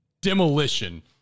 demolition